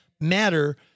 matter